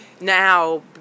now